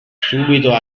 subito